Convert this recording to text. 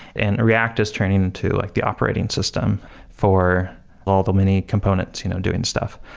and react is turning into like the operating system for all the mini components you know doing stuff,